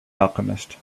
alchemist